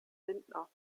lindner